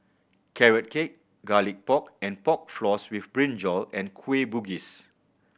Carrot Cake Garlic Pork and Pork Floss with brinjal and Kueh Bugis